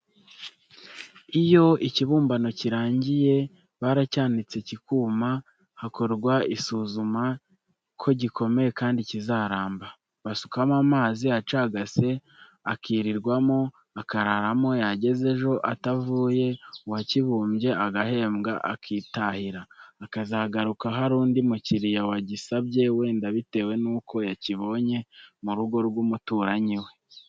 Iyo ikibumbano kirangiye, baracyanitse kikuma, hakorwa isuzuma ko gikomeye kandi kizaramba; basukamo amazi acagase, akirirwamo, akararamo, yageza ejo atavuye, uwakibumbye agahembwa akitahira; akazagaruka hari undi mukiriya wagisabye wenda bitewe n'uko yakibonye mu rugo rw'umuturanyi we